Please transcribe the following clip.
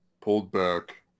pulled-back